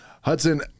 Hudson